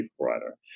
provider